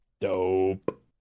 Dope